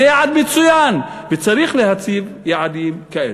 זה יעד מצוין, וצריך להציב יעדים כאלה.